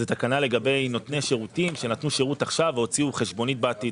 זו תקנה לגבי נותני שירותים שנתנו שירות עכשיו והוציאו חשבונית בעתיד.